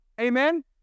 Amen